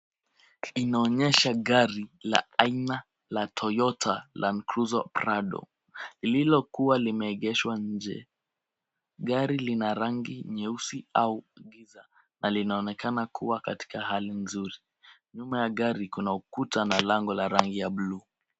Tunaonyesha gari la aina la Toyota Landcruiser Prado, lililokuwa limeegeshwa nje. Gari lina rangi nyeusi au giza na linaonekana kuwa katika hali nzuri. Nyuma ya gari kuna ukuta na lango la rangi ya bluu.